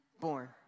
born